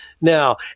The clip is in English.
now